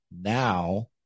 now